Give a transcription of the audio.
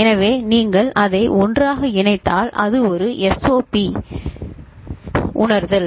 எனவே நீங்கள் அவற்றை ஒன்றாக இணைத்தால் அது ஒரு SOP உணர்தல்